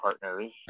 partner's